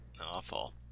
Awful